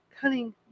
cunning